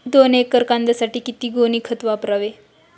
दोन एकर कांद्यासाठी किती गोणी खत वापरावे?